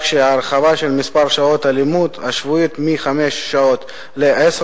שההרחבה של מספר שעות הלימוד השבועיות מחמש שעות לעשר